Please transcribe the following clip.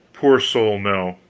poor soul, no.